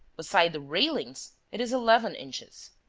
beside the railings, it is eleven inches.